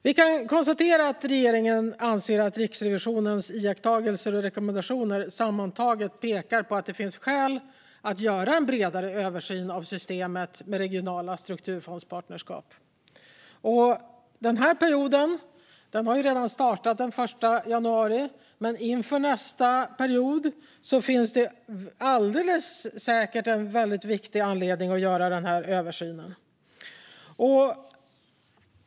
Vi kan konstatera att regeringen anser att Riksrevisionens iakttagelser och rekommendationer sammantaget pekar på att det finns skäl att göra en bredare översyn av systemet med regionala strukturfondspartnerskap. Den här perioden har redan startat den 1 januari, men inför nästa period finns det alldeles säkert en viktig anledning att göra denna översyn.